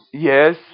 Yes